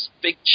big